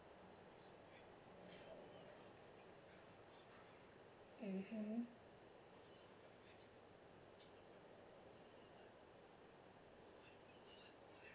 mmhmm